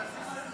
התשפ"ה 2024,